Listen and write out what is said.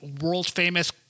world-famous